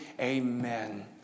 Amen